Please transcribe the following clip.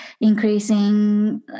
increasing